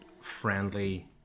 friendly